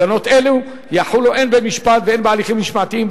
הגנות אלה יחולו הן במשפט והן בהליכים משמעתיים,